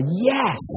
yes